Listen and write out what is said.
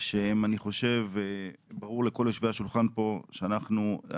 שאני חושב שברור לכל יושבי השולחן כאן שזאת